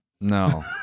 No